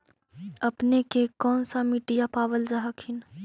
अपने के कौन सा मिट्टीया पाबल जा हखिन?